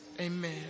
Amen